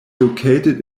located